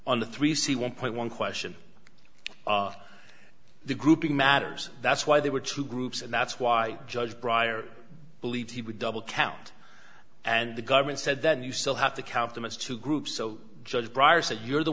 on the three c one point one question the grouping matters that's why there were two groups and that's why judge bryer believed he would double count and the government said that you still have to count them as two groups so judge bryer said you're the